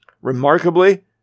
Remarkably